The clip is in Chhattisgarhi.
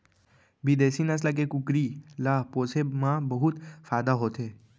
बिदेसी नसल के कुकरी ल पोसे म बहुत फायदा होथे